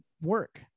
work